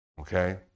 Okay